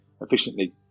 efficiently